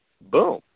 Boom